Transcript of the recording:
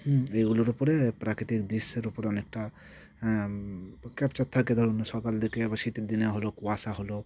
এগুলোর ওপরে প্রাকৃতিক দৃশ্যের ওপরে অনেকটা ক্যাপচার থাকে ধরুন সকাল দিকে আবার শীতের দিনে হলো কুয়াশা হলো